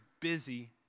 busy